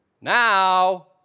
Now